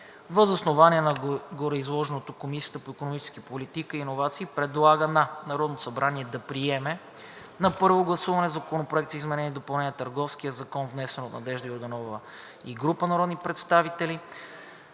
Въз основа на гореизложеното Комисията по икономическа политика и иновации предлага на Народното събрание да приеме на първо гласуване Законопроект за изменение и допълнение на Търговския закон, внесен от Надежда Йорданова и група народни представители;